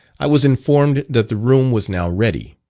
i was informed that the room was now ready.